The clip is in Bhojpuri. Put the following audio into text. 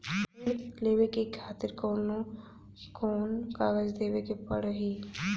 ऋण लेवे के खातिर कौन कोन कागज देवे के पढ़ही?